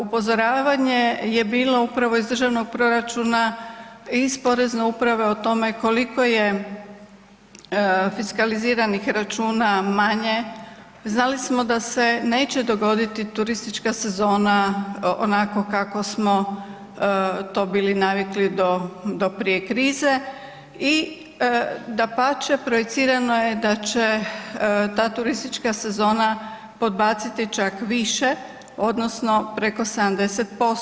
Upozoravanje je bilo upravo iz državnog proračuna iz Porezne uprave o tome koliko je fiskaliziranih računa manje, znali smo da se neće dogoditi turistička sezona onako kako smo to bili navikli do prije krize i, dapače, projicirano je da će ta turistička sezona podbaciti čak više odnosno preko 70%